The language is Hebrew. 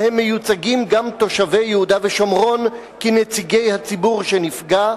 שבהן מיוצגים גם תושבי יהודה ושומרון כנציגי הציבור שנפגע,